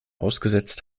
ausgesetzt